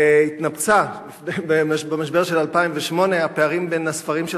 התנפצה במשבר של 2008. הפערים בין הספרים של